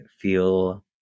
feel